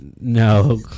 No